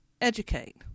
educate